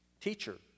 teacher